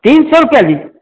तीन सौ रुपये लीज